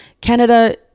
Canada